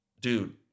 dude